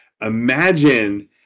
imagine –